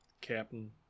Captain